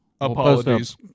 apologies